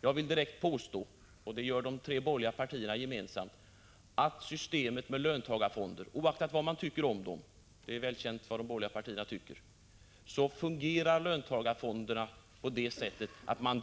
Jag vill direkt påstå — det gör de tre borgerliga partierna gemensamt — att systemet med löntagarfonder, oaktat vad man tycker om dem — och det är välkänt vad de borgerliga partierna tycker — fungerar på det sättet att man